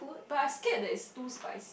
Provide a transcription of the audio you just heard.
but I scared that is too spicy